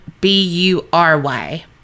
b-u-r-y